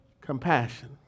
compassion